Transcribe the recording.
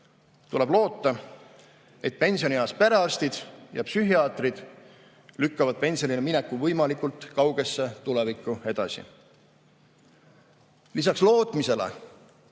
tuleb loota, et pensionieas perearstid ja psühhiaatrid lükkavad pensionile mineku võimalikult kaugesse tulevikku edasi. Lisaks lootmisele,